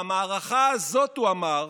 במערכה הזאת, הוא אמר,